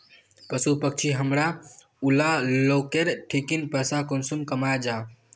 पशु पक्षी हमरा ऊला लोकेर ठिकिन पैसा कुंसम कमाया जा?